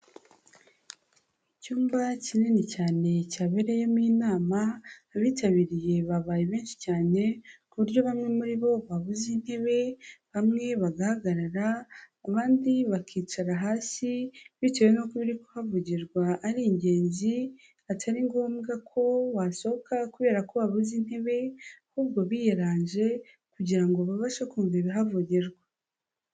Icyumba kinini cyane cyabereyemo inama, abitabiriye babaye benshi cyane, ku buryo bamwe muri bo babuze intebe, bamwe bagahagarara, abandi bakicara hasi, bitewe n'uko ibiri kuhavugirwa ari ingenzi, atari ngombwa ko wasohoka kubera ko wabuze intebe, ahubwo biyeranje, kugira ngo babashe kumva ibihavugirwa.